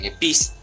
peace